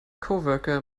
coworker